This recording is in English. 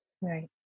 Right